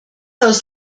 aus